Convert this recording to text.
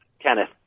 Kenneth